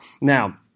Now